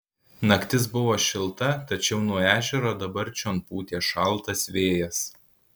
naktis buvo šilta tačiau nuo ežero dabar čion pūtė šaltas vėjas